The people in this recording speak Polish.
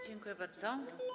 Dziękuję bardzo.